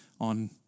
on